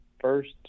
first